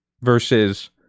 versus